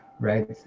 right